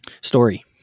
Story